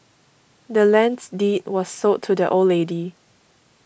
the land's deed was sold to the old lady